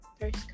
first